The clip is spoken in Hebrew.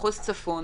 מחוז צפון,